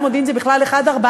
אולי המודיעין זה בכלל 144,